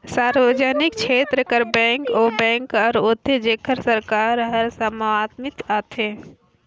सार्वजनिक छेत्र कर बेंक ओ बेंक हर होथे जेहर सरकार कर सवामित्व में आथे